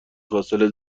فاصله